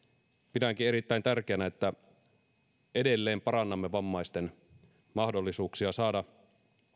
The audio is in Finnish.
pidänkin erittäin tärkeänä että edelleen parannamme vammaisten mahdollisuuksia saada